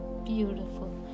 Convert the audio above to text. Beautiful